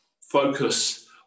focus